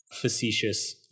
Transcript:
facetious